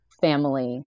family